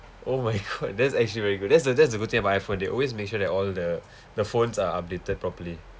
oh my god that's actually very good that's the that's the good thing about iphone they always make sure that all the the phones are updated properly